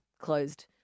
closed